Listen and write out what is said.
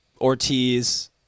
Ortiz –